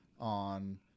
on